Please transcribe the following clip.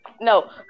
No